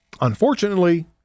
Unfortunately